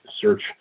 search